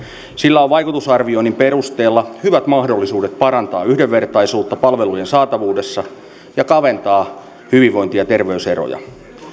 sillä on vaikutusarvioinnin perusteella hyvät mahdollisuudet parantaa yhdenvertaisuutta palvelujen saatavuudessa ja kaventaa hyvinvointi ja terveyseroja